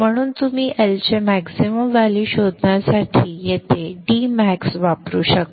म्हणून तुम्ही L चे मॅक्सिमम व्हॅल्यु शोधण्यासाठी येथे d max वापरू शकता